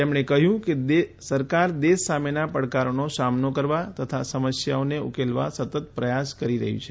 તેમણે કહ્યું કે સરકાર દેશ સામેના પડકારોનો સામનો કરવા તથા સમસ્યો ઉકેલવા સતત પ્રયાસ કરી રહી છે